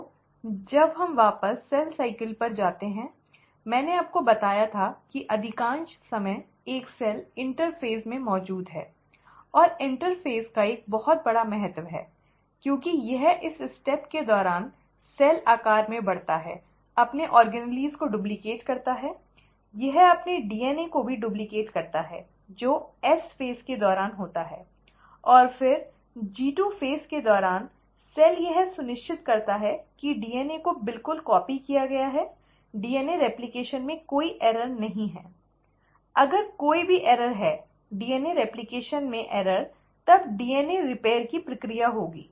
तो जब हम वापस सेल चक्र पर जाते हैं मैंने आपको बताया था कि अधिकांश समय एक सेल इंटरपेज़ में मौजूद है और इंटरपेज़ का बहुत बड़ा महत्व है क्योंकि यह इस चरण के दौरान सेल आकार में बढ़ता है अपने ऑर्गेनेल को डुप्लिकेट करता है यह अपने डीएनए को भी डुप्लीकेट करता है जो एस चरण के दौरान होता है और फिर जी 2 चरण के दौरान सेल यह सुनिश्चित करता है कि डीएनए को बिल्कुल कॉपी किया गया है डीएनए रेप्लकेशन में कोई त्रुटि नहीं है अगर कोई भी त्रुटियां है डीएनए रेप्लकेशन में त्रुटियां तब डीएनए रिपेयर की प्रक्रिया होगी